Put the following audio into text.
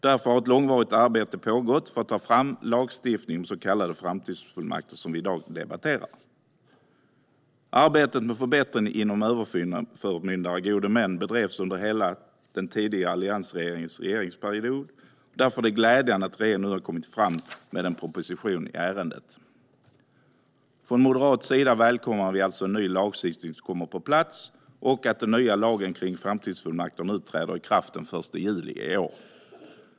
Därför har ett långvarigt arbete pågått för att ta fram lagstiftning om så kallade framtidsfullmakter, vilka vi i dag debatterar. Arbetet med förbättring avseende överförmyndare och gode män bedrevs under hela den tidigare alliansregeringens regeringsperiod, och därför är det glädjande att regeringen nu har kommit fram med en proposition i ärendet. Från moderat sida välkomnar vi alltså att ny lagstiftning kommer på plats och att den nya lagen om framtidsfullmakter nu träder i kraft den 1 juli i år.